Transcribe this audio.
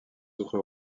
autres